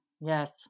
yes